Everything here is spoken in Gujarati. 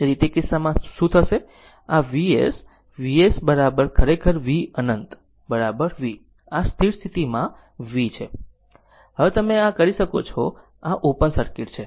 તેથી તે કિસ્સામાં શું થશે આ Vs Vss ખરેખર v અનંત v આ સ્થિર સ્થિતિ માં v છે હવે તમે આ કરી શકો છો આ ઓપન સર્કિટ છે